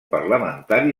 parlamentari